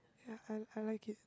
ya I I like it